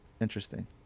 interesting